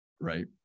Right